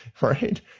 right